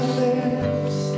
lips